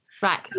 Right